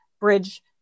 bridge